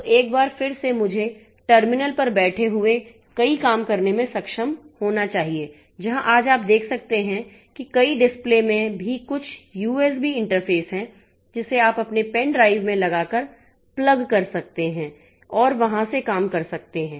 तो एक बार फिर से मुझे टर्मिनल पर बैठे हुए कई काम करने में सक्षम होना चाहिए जहां आज आप देख सकते हैं कि कई डिस्प्ले में भी कुछ यूएसबी इंटरफेस हैं जिसे आप अपने पेन ड्राइव में लगाकर प्लग कर सकते हैं और वहां से काम कर सकते हैं